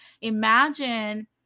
imagine